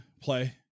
play